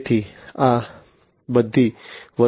તેથી આ બધી વસ્તુઓ ઇન્ડસ્ટ્રી 4